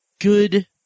good